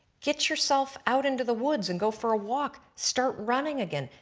get yourself out into the woods and go for a walk, start running again.